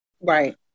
right